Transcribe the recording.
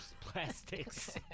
plastics